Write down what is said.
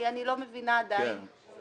אני לא מבינה עדיין.